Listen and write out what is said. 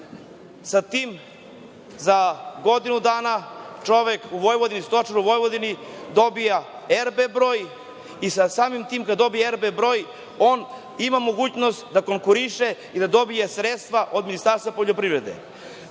sa tim za godinu dana čovek u Vojvodini ili stočar u Vojvodini dobija RB broj i sa samim tim kad dobije RB broj on ima mogućnost da konkuriše i da dobije sredstva od Ministarstva poljoprivrede,